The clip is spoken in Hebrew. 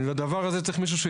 לטובת הדבר הזה יש להקים